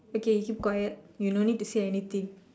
okay keep quiet you no need to say anything